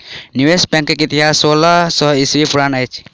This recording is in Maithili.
निवेश बैंकक इतिहास सोलह सौ ईस्वी पुरान अछि